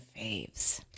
faves